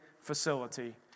facility